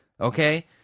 okay